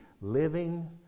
living